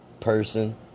person